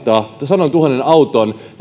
sadantuhannen auton